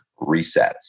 resets